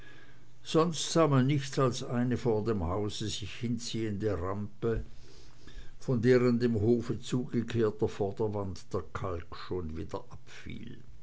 sonst sah man nichts als eine vor dem hause sich hinziehende rampe von deren dem hofe zugekehrter vorderwand der kalk schon wieder abfiel